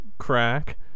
crack